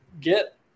Get